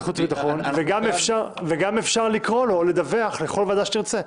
חוץ וביטחון וגם אפשר לקרוא לו לדווח לכל ועדה שתרצה,